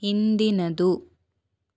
ಹಿಂದಿನದು